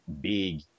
big